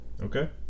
Okay